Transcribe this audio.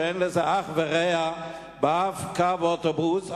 שאין לה אח ורע בשום קו אוטובוס,